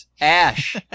Ash